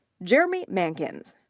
jeremy mankins.